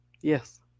Yes